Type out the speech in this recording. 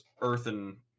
earthen